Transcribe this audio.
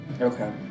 Okay